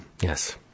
Yes